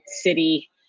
city